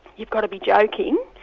you've got to be joking.